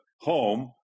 home